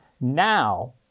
Now